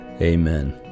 amen